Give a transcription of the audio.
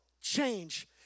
change